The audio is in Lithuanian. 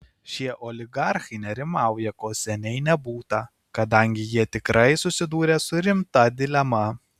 šie oligarchai nerimauja ko seniai nebūta kadangi jie tikrai susidūrė su rimta dilema